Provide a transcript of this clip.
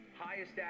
Highest